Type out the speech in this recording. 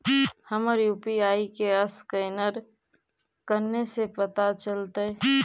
हमर यु.पी.आई के असकैनर कने से पता चलतै?